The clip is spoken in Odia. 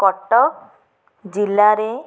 କଟକ ଜିଲ୍ଲାରେ